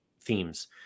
themes